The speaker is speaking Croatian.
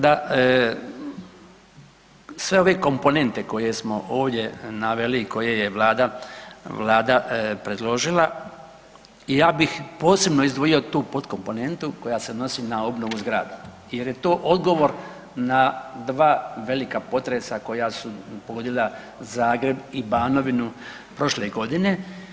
Da, sve ove komponente koje smo ovdje naveli i koje je vlada, vlada predložila, ja bih posebno izdvojio tu potkomponentu koja se odnosi na obnovu zgrada jer je to odgovor na dva velika potresa koja su pogodila Zagreb i Banovinu prošle godine.